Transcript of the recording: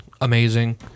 amazing